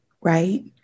right